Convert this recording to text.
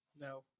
No